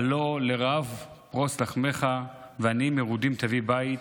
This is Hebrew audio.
הלוא לרעב פרוס לחמך ועניים מרודים תביא בית,